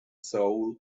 soul